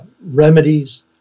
remedies